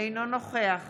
אינו נוכח